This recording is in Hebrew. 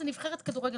זו נבחרת כדורגל.